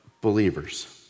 believers